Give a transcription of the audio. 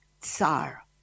Tsar